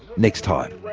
next time.